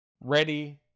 ready